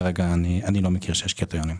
כרגע אני לא מכיר שיש קריטריונים.